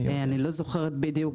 אני לא זוכרת בדיוק.